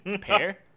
pair